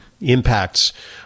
impacts